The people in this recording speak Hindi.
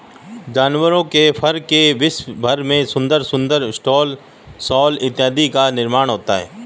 जानवरों के फर से विश्व भर में सुंदर सुंदर स्टॉल शॉल इत्यादि का निर्माण होता है